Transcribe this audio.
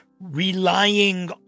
relying